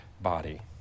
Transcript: body